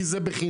כי זה בחינם,